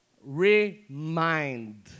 Remind